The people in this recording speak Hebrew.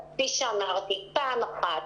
כפי שאמרתי, פעם אחת,